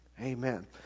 Amen